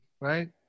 right